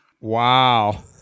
Wow